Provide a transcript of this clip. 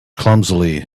clumsily